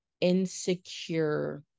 insecure